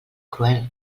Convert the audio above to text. cruel